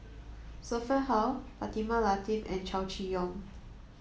Sophia Hull Fatimah Lateef and Chow Chee Yong